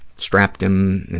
strapped him and,